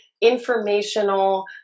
informational